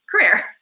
career